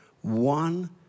one